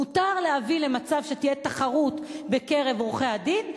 מותר להביא למצב שתהיה תחרות בקרב עורכי-הדין,